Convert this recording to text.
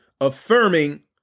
affirming